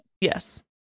Yes